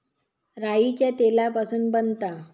राईच्या तेलापासून बनता